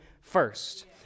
first